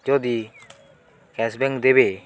ଯଦି କ୍ୟାସ୍ବ୍ୟାକ୍ ଦେବେ